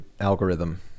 algorithm